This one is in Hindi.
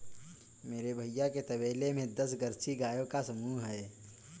मेरे भैया के तबेले में दस जर्सी गायों का समूह हैं